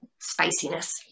spiciness